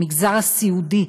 המגזר הסיעודי,